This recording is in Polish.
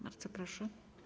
Bardzo proszę.